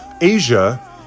Asia